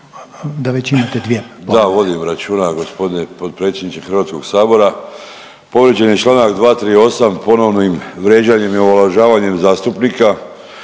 Da, vodim računa gospodine potpredsjedniče Hrvatskog sabora. Povrijeđen je Članak 238. ponovnim vrijeđanjem i omalovažavanjem zastupnika.